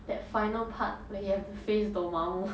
that final part where he have to face dormammu